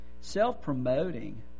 self-promoting